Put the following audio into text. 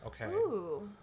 Okay